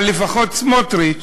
אבל לפחות סמוטריץ